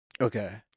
Okay